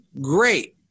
great